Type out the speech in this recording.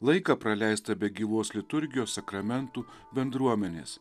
laiką praleistą be gyvos liturgijos sakramentų bendruomenės